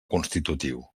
constitutiu